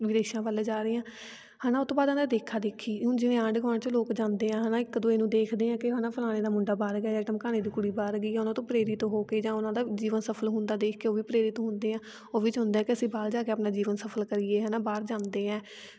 ਵਿਦੇਸ਼ਾਂ ਵੱਲ ਜਾ ਰਹੀ ਆਂ ਹੈ ਨਾ ਉਹ ਤੋਂ ਬਾਅਦ ਆਉਂਦਾ ਦੇਖਾ ਦੇਖੀ ਹੁਣ ਜਿਵੇਂ ਆਂਢ ਗੁਆਂਢ 'ਚ ਲੋਕ ਜਾਂਦੇ ਆ ਹੈ ਨਾ ਇੱਕ ਦੂਜੇ ਨੂੰ ਦੇਖਦੇ ਹੈ ਕਿ ਹੈ ਨਾ ਫਲਾਣੇ ਦਾ ਮੁੰਡਾ ਬਾਹਰ ਗਿਆ ਜਾਂ ਢਮਕਾਣੇ ਦੀ ਕੁੜੀ ਬਾਹਰ ਗਈ ਉਹਨਾਂ ਤੋਂ ਪ੍ਰੇਰਿਤ ਹੋ ਕੇ ਜਾਂ ਉਹਨਾਂ ਦਾ ਜੀਵਨ ਸਫਲ ਹੁੰਦਾ ਦੇਖ ਕੇ ਉਹ ਵੀ ਪ੍ਰੇਰਿਤ ਹੁੰਦੇ ਆ ਉਹ ਵੀ ਚਾਹੁੰਦਾ ਕਿ ਅਸੀਂ ਬਾਹਰ ਜਾ ਕੇ ਆਪਣਾ ਜੀਵਨ ਸਫਲ ਕਰੀਏ ਹੈ ਨਾ ਬਾਹਰ ਜਾਂਦੇ ਹੈ